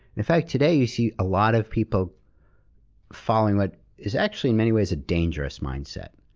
in fact, today you see a lot of people following what is actually, in many ways, a dangerous mindset,